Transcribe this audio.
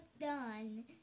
done